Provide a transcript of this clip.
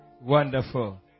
Wonderful